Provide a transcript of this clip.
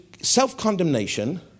self-condemnation